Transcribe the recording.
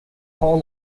paul